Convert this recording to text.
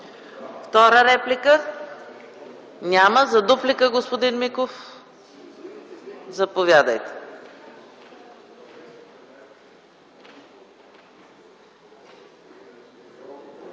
Втора реплика? Няма. За дуплика – господин Миков, заповядайте.